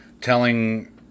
telling